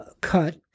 cut